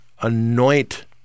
anoint